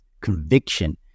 conviction